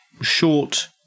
short